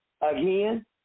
again